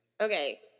okay